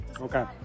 Okay